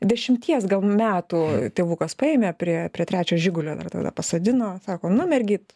dešimties gal metų tėvukas paėmė prie prie trečio žigulio tada pasodino sako nu mergyt